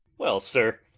well, sir,